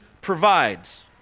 provides